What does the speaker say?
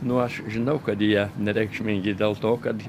nu aš žinau kad jie nereikšmingi dėl to kad